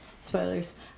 Spoilers